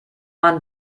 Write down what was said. man